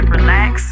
Relax